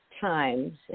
Times